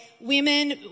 women